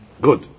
Good